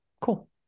cool